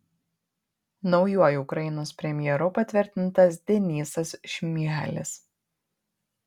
naujuoju ukrainos premjeru patvirtintas denysas šmyhalis